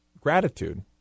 gratitude